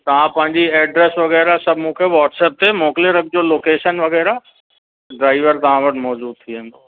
तव्हां पंहिंजी एड्रस वग़ैरह सभु मूंखे वॉटसप ते मोकिले रखिजो लोकेशन वग़ैरह ड्राइवर तव्हां वटि मौजूद थी वेंदो